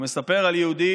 הוא מספר על יהודי